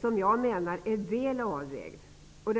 Jag menar att den är väl avvägd, och